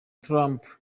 trump